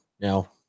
now –